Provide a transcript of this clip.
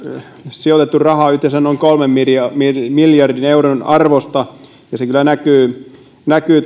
sijoitettu rahaa yhteensä noin kolmen miljardin euron arvosta ja se kyllä näkyy näkyy